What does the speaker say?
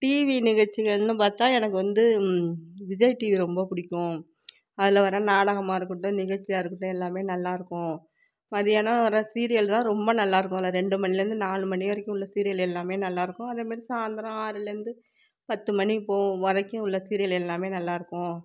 TV நிகழ்ச்சிகள்னு பார்த்தா எனக்கு வந்து விஜய் டிவியை ரொம்ப பிடிக்கும் அதில் வர நாடகமாக இருக்கட்டும் நிகழ்ச்சியாக இருக்கட்டும் எல்லாம் நல்லாயிருக்கும் மத்தியானம் வர்ற சீரியல் தான் ரொம்ப நல்லாயிருக்கும் அதில் ரெண்டு மணியில் இருந்து நாலு மணி வரைக்கும் உள்ள சீரியல் எல்லாம் நல்லாயிருக்கும் அது மாதிரி சாய்ந்ரோம் ஆறில் இருந்து பத்து மணி போகும் வரைக்கும் உள்ள சீரியல் எல்லாம் நல்லாயிருக்கும்